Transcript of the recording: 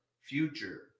future